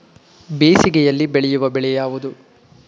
ಬೇಸಿಗೆಯಲ್ಲಿ ಬೆಳೆಯುವ ಬೆಳೆ ಯಾವುದು?